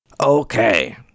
Okay